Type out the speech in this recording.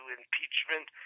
impeachment